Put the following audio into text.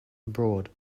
abroad